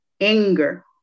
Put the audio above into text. anger